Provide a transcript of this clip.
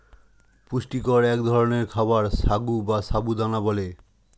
পুষ্টিকর এক ধরনের খাবার সাগু বা সাবু দানা বলে